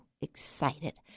excited